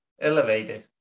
elevated